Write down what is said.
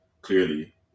clearly